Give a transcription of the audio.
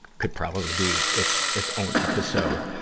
could probably be, it's, it's own episode.